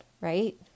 right